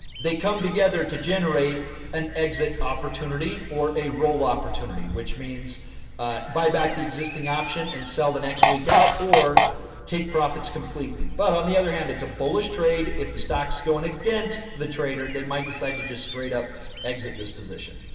they come together to generate an exit opportunity or a roll opportunity, which means buy back the existing option and sell the next week out. or take profits completely. but on the other hand, it's a bullish trade. if the stock is going against the trader, they might decide to just straight up exit this position.